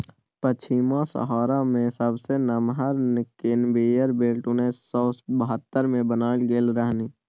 पछिमाहा सहारा मे सबसँ नमहर कन्वेयर बेल्ट उन्नैस सय बहत्तर मे बनाएल गेल रहनि